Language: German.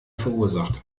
verursacht